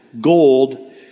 gold